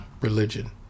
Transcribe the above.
Religion